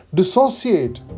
dissociate